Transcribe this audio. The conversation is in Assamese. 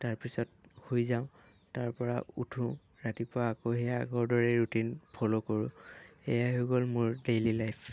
তাৰপিছত শুই যাওঁ তাৰপৰা উঠোঁ ৰাতিপুৱা আকৌ সেই আগৰ দৰেই ৰুটিন ফ'ল' কৰোঁ এয়াই হৈ গ'ল মোৰ ডেইলী লাইফ